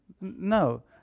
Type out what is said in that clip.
No